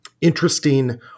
interesting